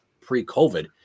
pre-COVID